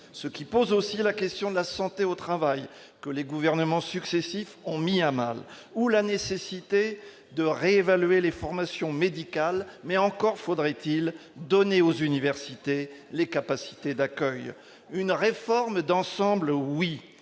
ce qui pose aussi la question de la santé au travail que les gouvernements successifs ont mis à mal, ou la nécessité de réévaluer les formations médicales, mais encore faudrait-il donner aux universités les capacités d'accueil, une réforme d'ensemble, oui,